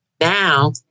now